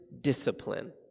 discipline